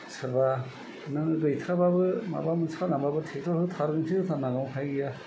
सोरबा नों गैथाराबाबो माबा मोनसे फाननानैबाबो ट्रेक्टर सो होथारगोनखि होथारनांगौ उफाय गैया